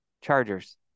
Chargers